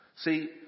See